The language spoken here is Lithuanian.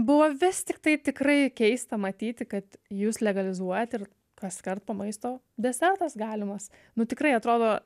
buvo vis tiktai tikrai keista matyti kad jūs legalizuojat ir kaskart po maisto desertas galimas nu tikrai atrodo